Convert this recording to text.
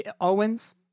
Owens